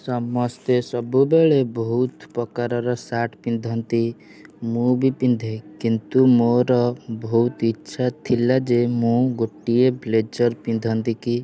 ସମସ୍ତେ ସବୁବେଳେ ବହୁତ ପ୍ରକାରର ସାର୍ଟ୍ ପିନ୍ଧନ୍ତି ମୁଁ ବି ପିନ୍ଧେ କିନ୍ତୁ ମୋର ବହୁତ ଇଚ୍ଛା ଥିଲା ଯେ ମୁଁ ଗୋଟିଏ ବ୍ଲେଜର୍ ପିନ୍ଧନ୍ତି କି